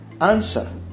answer